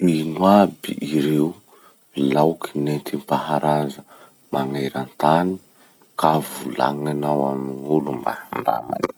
Ino aby ireo laoky nentim-paharaza maneran-tany ka volagninao amin'olo mba handramany?